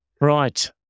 Right